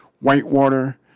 Whitewater